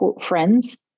friends